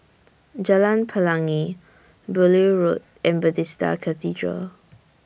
Jalan Pelangi Beaulieu Road and Bethesda Cathedral